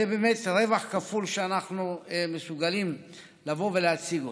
זה באמת רווח כפול שאנחנו מסוגלים לבוא ולהציג.